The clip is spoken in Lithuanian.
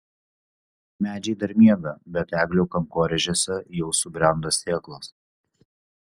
medžiai dar miega bet eglių kankorėžiuose jau subrendo sėklos